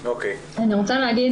אני רוצה להגיד